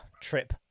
trip